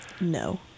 No